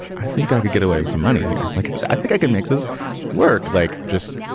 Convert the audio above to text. i think i could get away with some money here. like, i think i can make this work like just,